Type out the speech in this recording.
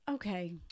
Okay